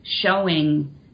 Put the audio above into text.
showing